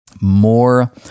More